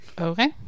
Okay